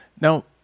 Now